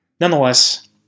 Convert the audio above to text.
nonetheless